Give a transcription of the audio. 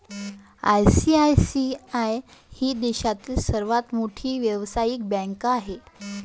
ICICI ही देशातील सर्वात मोठी व्यावसायिक बँक आहे